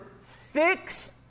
fix